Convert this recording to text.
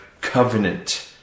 covenant